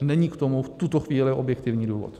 Není k tomu v tuto chvíli objektivní důvod.